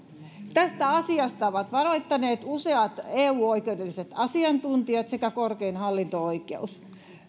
tästä asiasta ovat varoittaneet useat eu oikeudelliset asiantuntijat sekä korkein hallinto oikeus